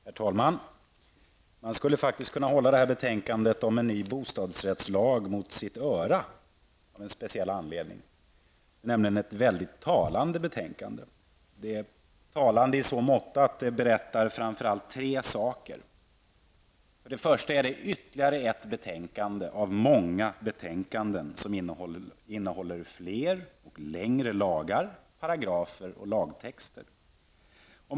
Herr talman! Man skulle av en speciell anledning kunna hålla detta betänkande om en ny bostadsrättslag mot sitt öra, nämligen därför att det är väldigt talande. Det berättar framför allt tre saker. För det första är det ytterligare ett av många betänkanden som innehåller fler och längre lagar, paragrafer och lagtexter.